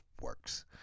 works